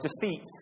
defeat